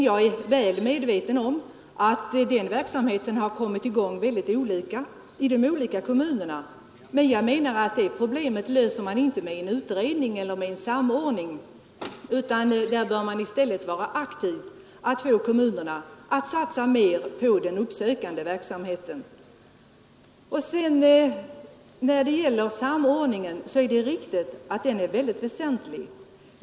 Jag är väl medveten om att den verksamheten kommit i gång i olika omfattning i de olika kommunerna, men det problemet löser man inte med en utredning — där bör man i stället vara aktiv när det gäller att få kommunerna att satsa mer på den uppsökande verksamheten. Det är riktigt att samordningen är mycket väsentlig.